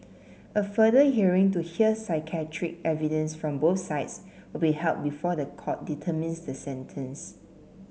a further hearing to hear psychiatric evidence from both sides will be held before the court determines the sentence